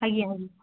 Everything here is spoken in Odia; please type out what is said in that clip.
ଆଜ୍ଞା